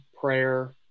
prayer